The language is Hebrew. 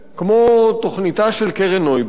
כמו תוכניתה של קרן נויבך,